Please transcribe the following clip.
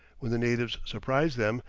when the natives surprised them,